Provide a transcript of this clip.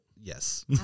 Yes